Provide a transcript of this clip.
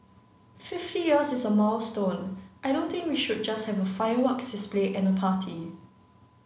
fifty years is a milestone I don't think we should just have a fireworks display and a party